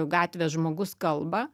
gatvės žmogus kalba